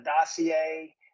dossier